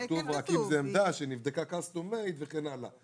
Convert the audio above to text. כתוב רק אם זאת עמדה שנבדקה CUSTOM-MADE וכן הלאה.